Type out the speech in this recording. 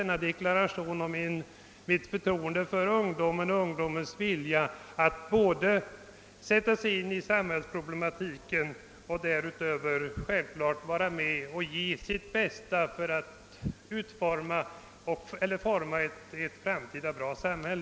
Jag deklarerade endast mitt förtroende för ungdomens vilja att sätta sig in i samhällsproblematiken och göra sitt bästa för att forma ett framtida samhälle.